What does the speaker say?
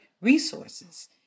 resources